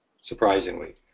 surprisingly